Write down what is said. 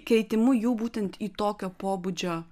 keitimu jų būtent į tokio pobūdžio